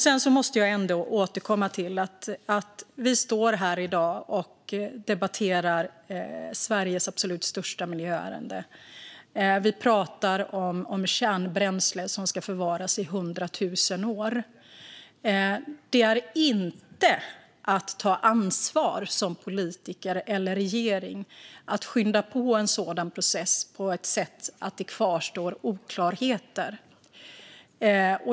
Jag måste också återkomma till det faktum att vi står här i dag och debatterar Sveriges absolut största miljöärende. Vi talar om kärnbränsle som ska förvaras i hundra tusen år. Det är inte att ta ansvar som politiker eller regering om man skyndar på en sådan process på ett sätt så att oklarheter kvarstår.